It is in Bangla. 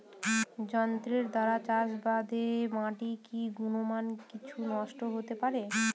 যন্ত্রের দ্বারা চাষাবাদে মাটির কি গুণমান কিছু নষ্ট হতে পারে?